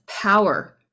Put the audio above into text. power